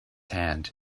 hand